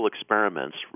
experiments